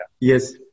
Yes